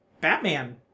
Batman